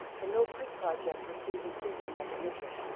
the mill creek project received increasing recognition.